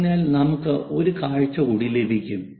അതിനാൽ നമുക്ക് ഒരു കാഴ്ച കൂടി ലഭിക്കും